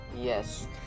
Yes